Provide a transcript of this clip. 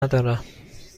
ندارم